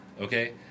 okay